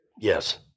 Yes